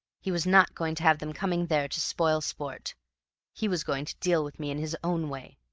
he was not going to have them coming there to spoil sport he was going to deal with me in his own way.